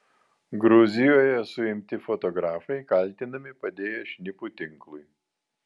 gruzijoje suimti fotografai kaltinami padėję šnipų tinklui